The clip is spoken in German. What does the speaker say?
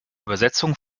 übersetzungen